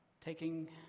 taking